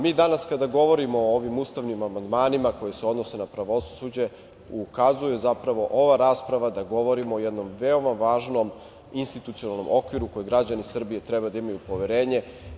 Mi danas kada govorimo o ovim ustavnim amandmanima koji se odnose na pravosuđe ukazuje zapravo ova rasprava da govorimo o jednom veoma važnom institucionalnom okviru u koji građani Srbije treba da imaju poverenje.